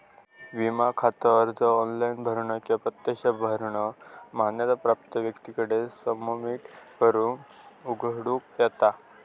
E विमा खाता अर्ज ऑनलाइन भरानं किंवा प्रत्यक्ष फॉर्म भरानं मान्यता प्राप्त व्यक्तीकडे सबमिट करून उघडूक येता